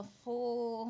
full